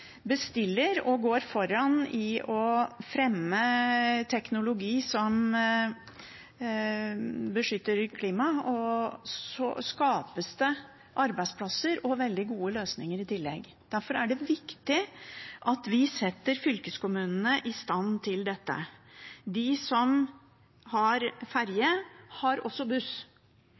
bestiller og går foran i å fremme teknologi som beskytter klimaet, skapes det arbeidsplasser og veldig gode løsninger i tillegg. Derfor er det viktig at vi setter fylkeskommunene i stand til dette. De som har ferje, har også buss